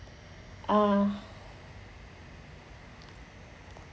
uh